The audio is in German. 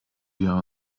wir